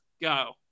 go